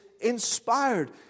inspired